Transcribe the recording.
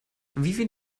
vivien